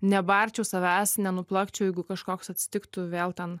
nebarčiau savęs nenuplakčiau jeigu kažkoks atsitiktų vėl ten